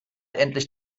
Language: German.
endlich